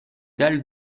dalle